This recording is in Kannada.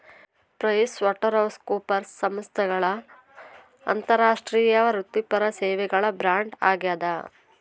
ಪ್ರೈಸ್ವಾಟರ್ಹೌಸ್ಕೂಪರ್ಸ್ ಸಂಸ್ಥೆಗಳ ಅಂತಾರಾಷ್ಟ್ರೀಯ ವೃತ್ತಿಪರ ಸೇವೆಗಳ ಬ್ರ್ಯಾಂಡ್ ಆಗ್ಯಾದ